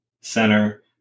center